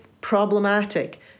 problematic